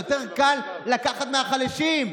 יותר קל לקחת מהחלשים.